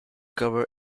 cover